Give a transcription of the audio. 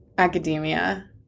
academia